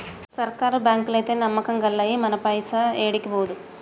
సర్కారు బాంకులైతే నమ్మకం గల్లయి, మన పైస ఏడికి పోదు